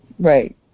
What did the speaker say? Right